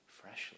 freshly